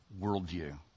worldview